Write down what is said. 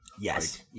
Yes